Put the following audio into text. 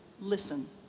listen